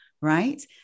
right